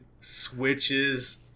switches